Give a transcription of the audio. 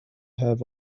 have